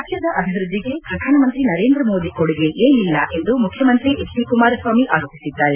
ರಾಜ್ಡದ ಅಭಿವ್ಯದ್ದಿಗೆ ಪ್ರಧಾನಮಂತ್ರಿ ನರೇಂದ್ರ ಮೋದಿ ಕೊಡುಗೆ ನೀಡಿಲ್ಲ ಎಂದು ಮುಖ್ಯಮಂತ್ರಿ ಎಚ್ ಡಿ ಕುಮಾರಸ್ವಾಮಿ ಆರೋಪಿಸಿದ್ದಾರೆ